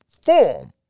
form